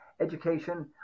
education